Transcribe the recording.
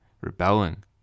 rebelling